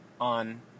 on